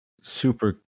super